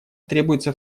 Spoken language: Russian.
требуется